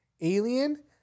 alien